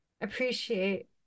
appreciate